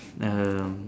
not very long